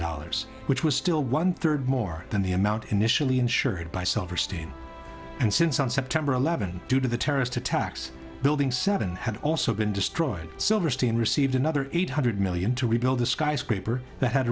dollars which was still one third more than the amount initially insured by silverstein and since on september eleventh due to the terrorist attacks building seven had also been destroyed silverstein received another eight hundred million to rebuild the skyscraper that had